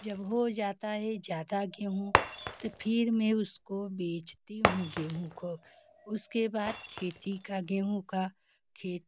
जब हो जाता है ज़्यादा गेहूँ तब फिर मैं उसको बेचती हूँ गेहूँ को उसके बाद खेती का गेहूँ का खेत